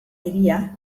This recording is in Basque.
hiria